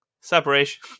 separation